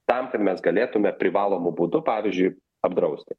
tam kad mes galėtume privalomu būdu pavyzdžiui apdrausti